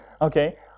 okay